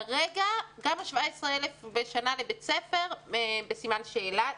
כרגע, גם ה-17 אלף בשנה לבית-ספר בסימן שאלה.